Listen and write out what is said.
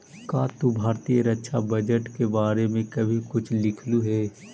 का तू भारतीय रक्षा बजट के बारे में कभी कुछ लिखलु हे